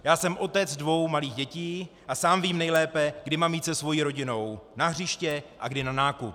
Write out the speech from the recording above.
Já jsem otec dvou malých dětí a sám vím nejlépe, kdy mám jít se svou rodinou na hřiště a kdy na nákup.